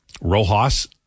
Rojas